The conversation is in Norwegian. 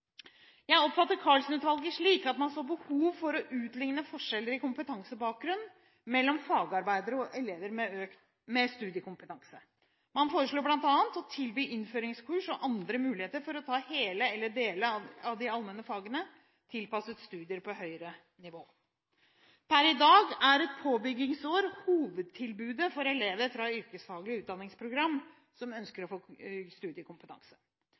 Jeg oppfatter Karlsen-utvalget slik at man så behov for å utligne forskjeller i kompetansebakgrunn mellom fagarbeidere og elever med studiekompetanse. Man foreslo bl.a. å tilby innføringskurs og andre muligheter for å ta hele eller deler av de allmenne fagene, tilpasset studier på høyere nivå. Per i dag er et påbyggingsår hovedtilbudet for elever fra yrkesfaglige utdanningsprogram som ønsker å få studiekompetanse.